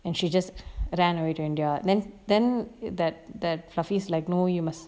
and she just ran away to india then then that that fluffy like no you must